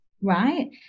right